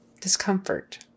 Discomfort